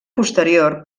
posterior